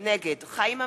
נגד חיים אמסלם,